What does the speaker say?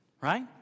right